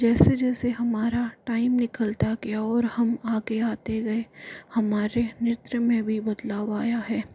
जैसे जैसे हमारा टाइम निकलता गया और हम आगे आते गए हमारे नृत्य में भी बदलाव आया है